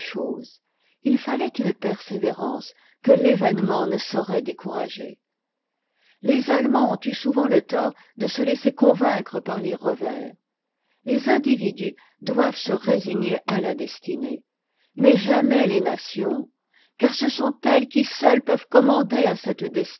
il fallait une persévérance que l'événement ne saurait décourager les allemands ont eu souvent le tort de se laisser convaincre par les revers les individus doivent së résigner à la destinée mais jamais tes nations car ce'sont éltës qui seules peuvent commander à cette